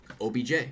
OBJ